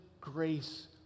grace